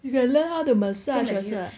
you can learn how the massage yourself